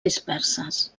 disperses